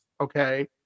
okay